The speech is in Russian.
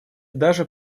даже